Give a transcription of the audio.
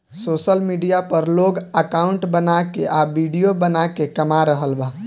social media पर लोग account बना के आ विडिओ बना के कमा रहल बा